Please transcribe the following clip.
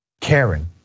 Karen